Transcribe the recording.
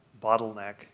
bottleneck